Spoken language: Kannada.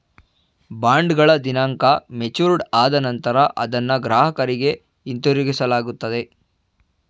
ಬಾಂಡ್ಗಳ ದಿನಾಂಕ ಮೆಚೂರ್ಡ್ ಆದ ನಂತರ ಅದನ್ನ ಗ್ರಾಹಕರಿಗೆ ಹಿಂತಿರುಗಿಸಲಾಗುತ್ತದೆ